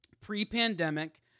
Pre-pandemic